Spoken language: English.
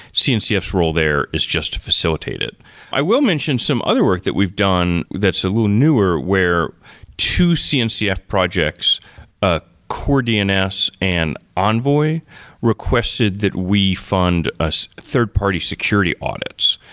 cncf's role there is just to facilitate it i will mention some other work that we've done that's a little newer, where two cncf projects ah core dns and envoy requested that we fund us third-party security audits.